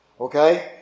Okay